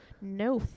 no